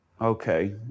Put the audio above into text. okay